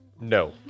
no